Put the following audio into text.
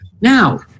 now